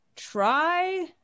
Try